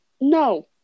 No